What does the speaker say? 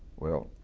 well,